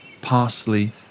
parsley